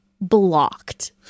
blocked